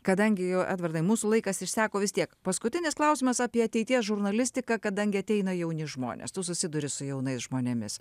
kadangi jau edvardai mūsų laikas išseko vis tiek paskutinis klausimas apie ateities žurnalistiką kadangi ateina jauni žmonės tu susiduri su jaunais žmonėmis